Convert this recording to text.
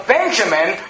Benjamin